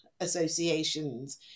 associations